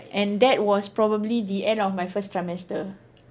and that was probably the end of my first trimester